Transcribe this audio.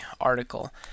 article